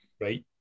right